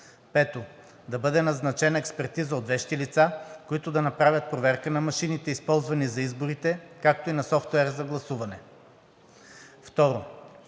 5. Да бъде назначена експертиза от вещи лица, които да направят проверка на машините, използвани на изборите, както и на софтуера за гласуване.